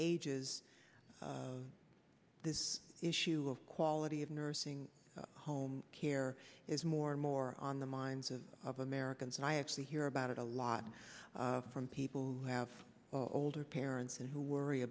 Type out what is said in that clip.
ages this issue of quality of nursing home care is more and more on the minds of americans and i actually hear about it a lot from people who have older parents and who worry